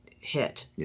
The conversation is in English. hit